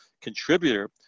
contributor